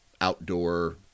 outdoor